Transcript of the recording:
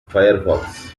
firefox